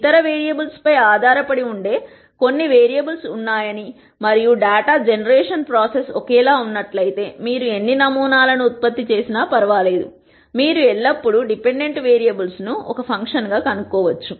ఇతర వేరియబుల్స్పై ఆధారపడి ఉండే కొన్ని వేరియబుల్స్ ఉన్నాయని మరియు డేటా జనరేషన్ ప్రాసెస్ ఒకేలా ఉన్నట్లయితే మీరు ఎన్ని నమూనాలను ఉత్పత్తి చేసిన ఫర్వా లేదు మీరు ఎల్లప్పుడూ డిపెండెంట్ వేరియబుల్స్ను ఒక ఫంక్షన్గా కనుగొనవచ్చు